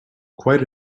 quite